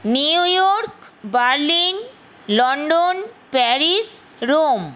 New York Berlin London Paris Rome